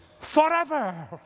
forever